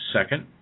second